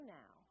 now